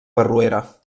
barruera